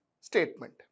statement